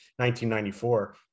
1994